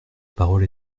parole